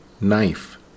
Knife